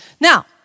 Now